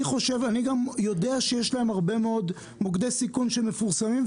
אני גם יודע שיש להם הרבה מאוד מוקדי סיכון שמפורסמים,